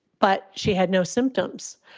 but she had no symptoms.